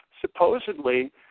supposedly